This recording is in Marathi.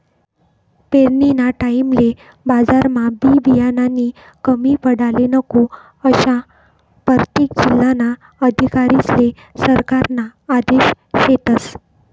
पेरनीना टाईमले बजारमा बी बियानानी कमी पडाले नको, आशा परतेक जिल्हाना अधिकारीस्ले सरकारना आदेश शेतस